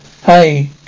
Hi